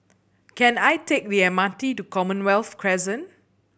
can I take the M R T to Commonwealth Crescent